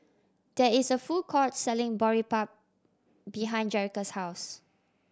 there is a food court selling Boribap behind Jerrica's house